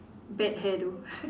bad hair though